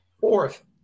Fourth